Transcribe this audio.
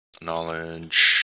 Knowledge